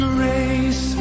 Grace